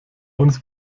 uns